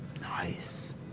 Nice